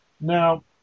Now